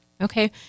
Okay